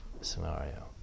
scenario